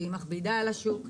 היא מכבידה על השוק,